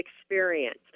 experience